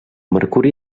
mercuri